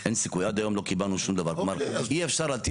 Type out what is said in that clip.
זאת אומרת שאנחנו עומדים